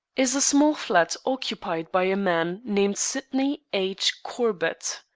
is a small flat occupied by a man named sydney h. corbett.